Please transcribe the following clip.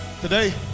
today